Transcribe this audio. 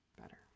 better